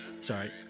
sorry